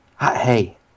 Hey